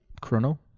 chrono